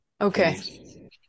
Okay